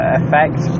effect